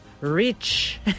rich